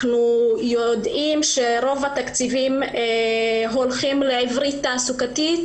אנחנו יודעים שרוב התקציבים הולכים לעברית תעסוקתית,